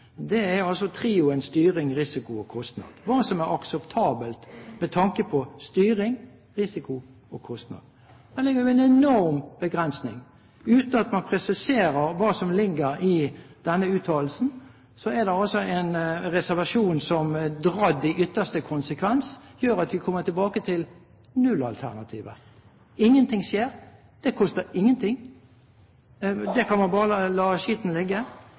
altså trioen styring, risiko og kostnad. Hva er akseptabelt med tanke på styring, risiko og kostnad? Det ligger jo en enorm begrensning her. Uten at man presiserer hva som ligger i denne uttalelsen, er det en reservasjon som i ytterste konsekvens gjør at vi kommer tilbake til nullalternativet. Ingenting skjer – det koster ingenting. Man kan bare la skitten ligge. Det koster absolutt ingenting. Men det